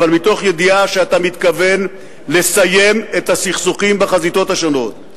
אבל מתוך ידיעה שאתה מתכוון לסיים את הסכסוכים בחזיתות השונות.